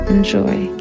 Enjoy